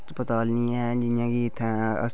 अस्पताल नेईं ऐ जि'यां कि इत्थै